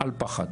אל-פחד,